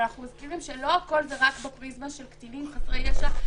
אנחנו מזכירים שלא הכול זה רק בפריזמה של קטינים חסרי ישע.